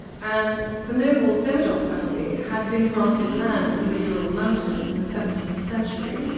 and the noble demidov family had been granted lands in the ural mountains in the seventeenth century,